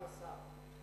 כבוד השר.